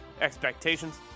expectations